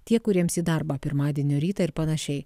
tie kuriems į darbą pirmadienio rytą ir panašiai